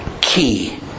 key